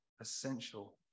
essential